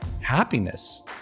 happiness